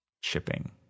shipping